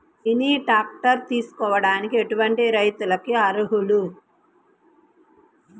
Mini tractor తీసుకోవడానికి ఎటువంటి రైతులకి అర్హులు?